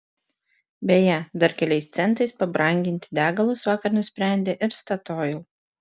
beje dar keliais centais pabranginti degalus vakar nusprendė ir statoil